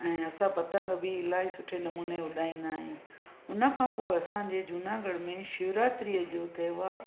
ऐं असां पतंग बि इलाही सुठे नमूने उॾाईंदा आहियूं हुन खां पोइ असांजे जूनागढ़ में शिवरात्रीअ जो त्योहार